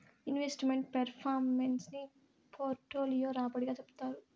invest meant performance ని portfolio రాబడి గా చెప్తారు